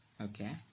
Okay